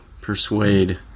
persuade